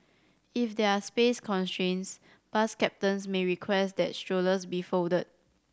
if there are space constraints bus captains may request that strollers be folded